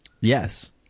Yes